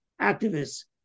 activists